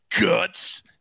guts